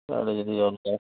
ନିଜେ ନିଜେ